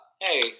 hey